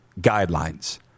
guidelines